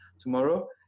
tomorrow